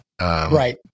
Right